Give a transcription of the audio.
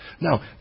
Now